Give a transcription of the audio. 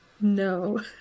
No